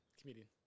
Comedian